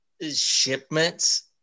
shipments